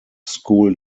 school